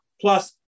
Plus